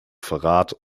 verrat